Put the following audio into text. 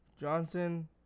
Johnson